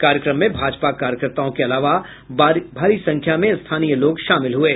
कार्यक्रम में भाजपा कार्यकर्ताओं के अलावा भारी संख्या में स्थानीय लोग शामिल हये